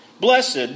Blessed